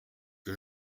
que